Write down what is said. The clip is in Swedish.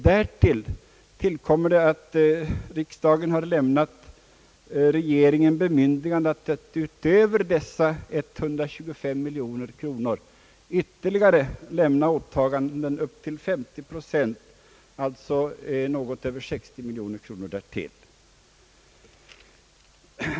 Dessutom har riksdagen gett regeringen bemyndigande att utöver dessa 125 miljoner kronor göra åtaganden på upp till 50 procent härav, alltså något över 60 miljoner kronor ytterligare.